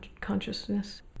consciousness